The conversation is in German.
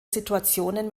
situationen